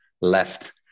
left